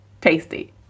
tasty